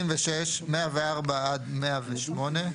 המקבץ הראשון, 96, 104 עד 108,